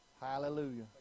Hallelujah